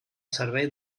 servei